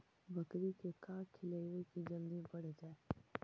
बकरी के का खिलैबै कि जल्दी बढ़ जाए?